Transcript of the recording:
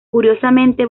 curiosamente